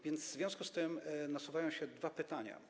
W związku z tym nasuwają się dwa pytania.